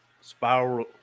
spiral